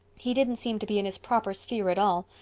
he didn't seem to be in his proper sphere at all.